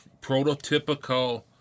prototypical